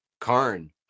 Karn